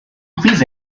please